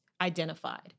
identified